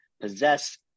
possess